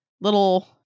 little